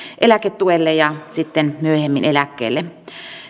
eläketuelle ja sitten myöhemmin eläkkeelle